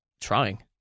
trying